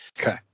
Okay